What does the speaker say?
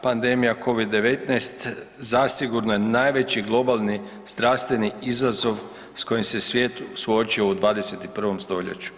Pandemija Covid-19 zasigurno je najveći globalni zdravstveni izazov s kojim se svijet suočio u 21. stoljeću.